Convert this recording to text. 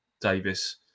Davis